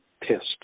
pissed